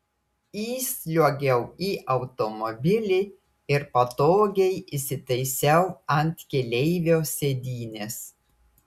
įsliuogiau į automobilį ir patogiai įsitaisiau ant keleivio sėdynės